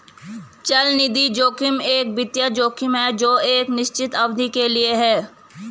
चलनिधि जोखिम एक वित्तीय जोखिम है जो एक निश्चित अवधि के लिए है